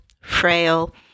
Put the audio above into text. frail